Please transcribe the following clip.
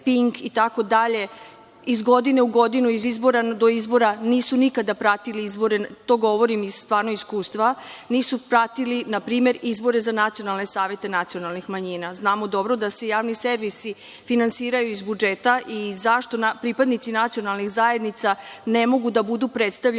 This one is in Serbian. Pink itd. iz godine u godinu, od izbora do izbora, nisu nikada pratili izbore, to govorim iz iskustva, nisu pratili, na primer, izbore za nacionalne savete nacionalnih manjina. Znamo dobro da se javni servisi finansiraju iz budžeta i zašto pripadnici nacionalnih zajednica ne mogu da budu predstavljeni